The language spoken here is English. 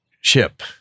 Ship